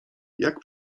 jak